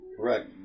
Correct